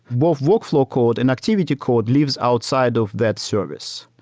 what workflow code and activity code lives outside of that service.